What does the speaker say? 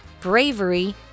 bravery